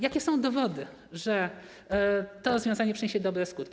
Jakie są dowody, że to rozwiązanie przyniesie dobre skutki?